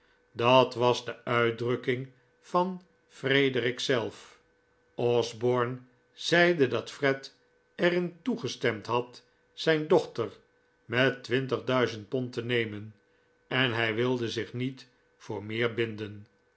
dat was de uitdrukking van frederic zelf osborne zeide dat fred er in toegestemd had zijn dochter met twintig duizend pond te nemen en hij wilde zich niet voor meer binden